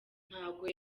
ntabwo